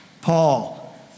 Paul